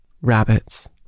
rabbits